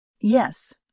Yes